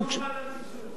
לא חל על פיצויים וקרנות.